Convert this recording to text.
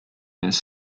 his